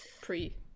pre